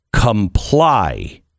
Comply